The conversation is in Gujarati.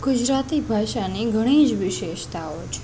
ગુજરાતી ભાષાની ઘણી જ વિશેષતાઓ છે